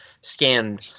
scan